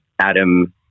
Adam